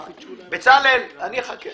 בצלאל, אני אחכה.